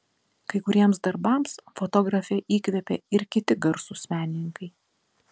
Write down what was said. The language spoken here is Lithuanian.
kai kuriems darbams fotografę įkvėpė ir kiti garsūs menininkai